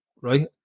right